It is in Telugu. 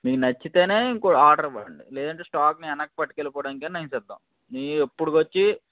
మీకు నచ్చితే ఇంకో ఆర్డర్ ఇవ్వండి లేదంటే స్టాక్ ని వెనక్కి పట్టుకెళ్ళి పోవడానికి అయిన నేను సిద్ధం మీరు ఇప్పటికివచ్చి